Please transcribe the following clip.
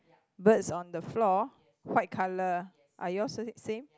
birds on the floor white colour are you all s~ same